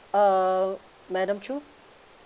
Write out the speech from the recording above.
uh madam choo